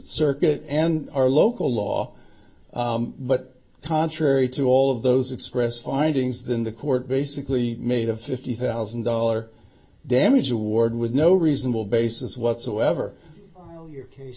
circuit and our local law but contrary to all of those expressed findings than the court basically made a fifty thousand dollar damage award with no reasonable basis whatsoever